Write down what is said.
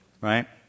right